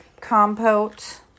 compote